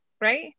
right